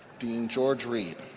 dean george reed.